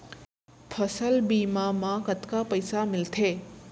फसल बीमा म कतका पइसा मिलथे?